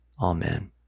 Amen